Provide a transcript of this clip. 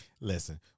Listen